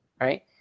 right